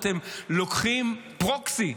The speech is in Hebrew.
אתם לוקחים פרוקסי,